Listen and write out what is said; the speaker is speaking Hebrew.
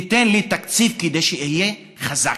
תיתן לי תקציב כדי שאהיה חזק.